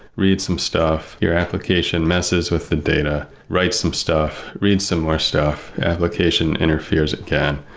read some stuff, your application messes with the data, write some stuff, read some more stuff, application interferes again.